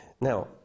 Now